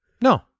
no